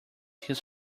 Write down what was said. his